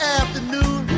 afternoon